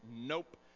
Nope